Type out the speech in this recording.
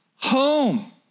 home